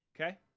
Okay